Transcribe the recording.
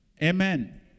Amen